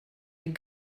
est